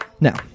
now